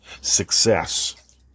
success